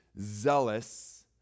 zealous